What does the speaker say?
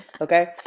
Okay